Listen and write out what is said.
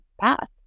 path